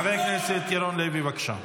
חבר הכנסת ירון לוי, בבקשה.